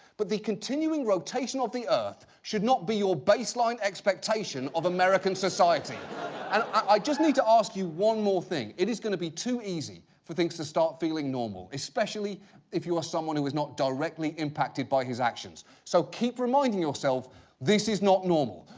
but the continuing rotation of the earth should not be your baseline expectation of american society. and i just need to ask you one more thing. it's going to be too easy for things to start feeling normal, especially if you are someone who is not directly impacted by his actions. so keep reminding yourself this is not normal.